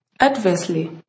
Adversely